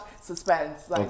Suspense